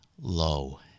low